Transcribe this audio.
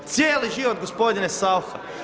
Cijeli život gospodine Saucha.